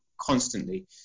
constantly